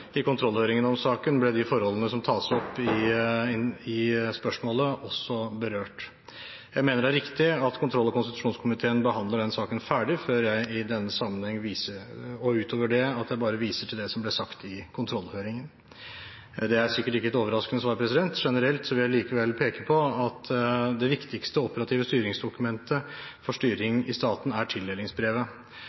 i kontroll- og konstitusjonskomiteen. I kontrollhøringen om saken ble de forholdene som tas opp i spørsmålet, også berørt. Jeg mener det er riktig at kontroll- og konstitusjonskomiteen behandler den saken ferdig, og at jeg utover det viser til det som ble sagt i kontrollhøringen. Det er sikkert ikke et overraskende svar. Generelt vil jeg likevel peke på at det viktigste operative styringsdokumentet for styring i staten er tildelingsbrevet.